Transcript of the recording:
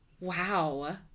Wow